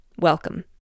Welcome